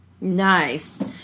Nice